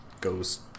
goes